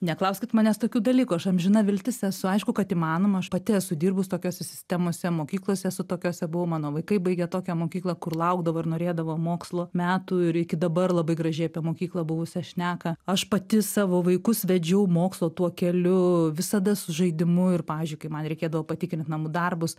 neklauskit manęs tokių dalykų aš amžina viltis esu aišku kad įmanoma aš pati esu dirbus tokiose sistemose mokyklose esu tokiose buvo mano vaikai baigė tokią mokyklą kur laukdavo ir norėdavo mokslo metų ir iki dabar labai gražiai apie mokyklą buvusią šneka aš pati savo vaikus vedžiau mokslo tuo keliu visada su žaidimu ir pavyzdžiui kai man reikėdavo patikrint namų darbus